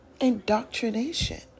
indoctrination